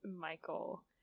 Michael